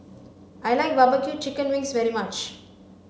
I like barbecue chicken wings very much